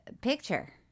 picture